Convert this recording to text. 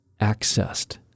accessed